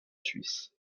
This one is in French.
suisse